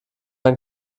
ein